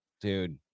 dude